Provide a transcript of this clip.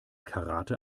karate